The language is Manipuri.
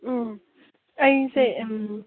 ꯎꯝ ꯑꯩꯁꯦ